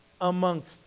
amongst